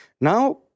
Now